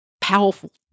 powerful